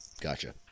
Gotcha